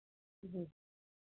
जी